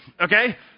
okay